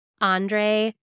Andre